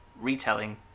retelling